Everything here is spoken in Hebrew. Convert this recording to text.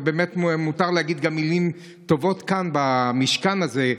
ומותר לומר גם מילים טובות כאן, במשכן הזה,